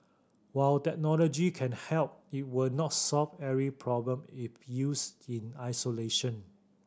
while technology can help it will not solve every problem if used in isolation